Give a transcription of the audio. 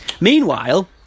Meanwhile